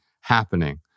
happening